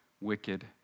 wicked